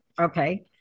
okay